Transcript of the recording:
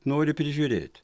nori prižiūrėt